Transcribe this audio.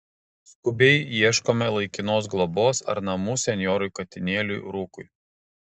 skubiai ieškome laikinos globos ar namų senjorui katinėliui rūkui